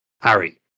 Harry